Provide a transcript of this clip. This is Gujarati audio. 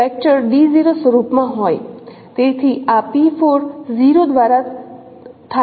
તેથી આ 0 થાય છે